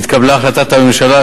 התקבלה החלטת הממשלה,